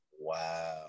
wow